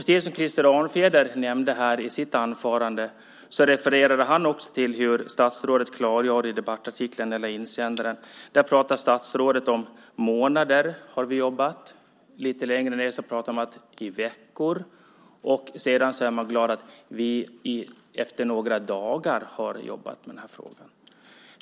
Krister Örnfjäder refererade också till hur statsrådet klargjorde detta i debattartikeln eller insändaren. Där pratade statsrådet om att man hade jobbat i månader. Lite längre ned pratas det om veckor, och sedan är man glad efter att ha jobbat med den här frågan i några dagar.